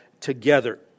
together